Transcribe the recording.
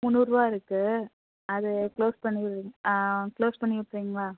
முன்னூறுரூவா இருக்கு அது க்ளோஸ் பண்ணி க்ளோஸ் பண்ணி விட்றீங்களா